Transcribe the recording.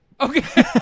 Okay